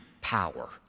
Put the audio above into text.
power